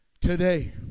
today